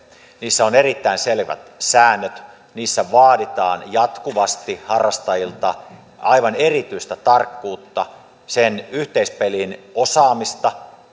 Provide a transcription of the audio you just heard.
niissä on erittäin selvät säännöt niissä vaaditaan jatkuvasti harrastajilta aivan erityistä tarkkuutta sen yhteispelin osaamista